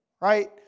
right